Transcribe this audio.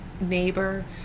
neighbor